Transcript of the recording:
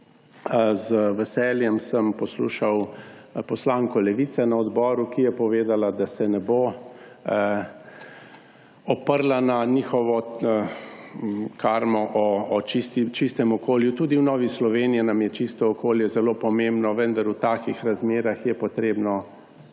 Z veseljem sem poslušal poslanko Levice na odboru, ki je povedala, da se ne bo oprla na njihovo karmo o čistem okolju. Tudi v Novi Sloveniji nam je čisto okolje zelo pomembno, vendar v takih razmerah je potrebno